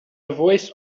voice